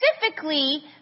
specifically